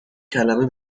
کلمه